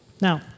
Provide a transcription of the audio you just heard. Now